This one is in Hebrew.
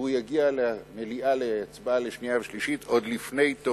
והוא יגיע למליאה להצבעה בקריאה שנייה ובקריאה שלישית עוד לפני הפגרה.